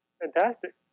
Fantastic